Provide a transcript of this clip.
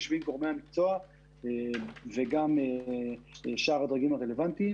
יושבים גורמי המקצוע וגם שאר הדרגים הרלבנטיים